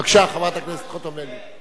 בבקשה, חברת הכנסת חוטובלי.